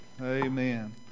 amen